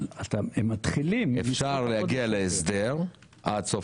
הם מתחילים -- אפשר להגיע להסדר עד סוף